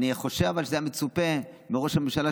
אבל אני חושב שהיה מצופה מראש הממשלה,